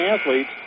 athletes